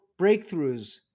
breakthroughs